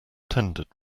tendered